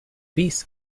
beasts